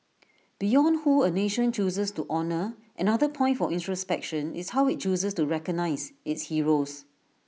beyond who A nation chooses to honour another point for introspection is how IT chooses to recognise its heroes